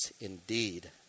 indeed